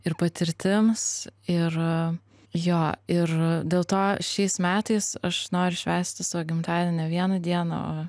ir patirtims ir jo ir dėl to šiais metais aš noriu švęsti savo gimtadienį ne vieną dieną o